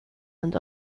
and